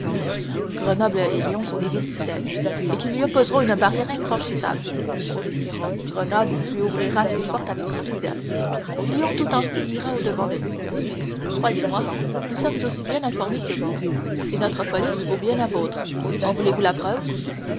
grenoble et lyon sont des villes fidèles et qui lui opposeront une barrière infranchissable grenoble lui ouvrira ses portes avec enthousiasme lyon tout entier ira au-devant de lui croyez-moi nous sommes aussi bien informés que vous et notre police vaut bien la vôtre en voulez-vous une preuve